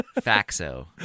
Faxo